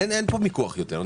אין פה מיקוח יותר,